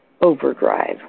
overdrive